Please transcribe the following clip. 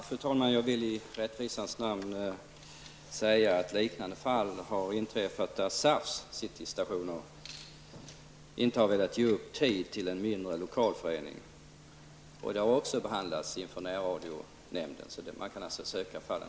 Fru talman! Jag vill i rättvisans namn säga att liknande fall har inträffat, där SAFs stationer inte har velat ge tid till en mindre lokal förening. Dessa fall har också behandlats av närradionämnden.